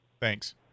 Thanks